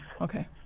Okay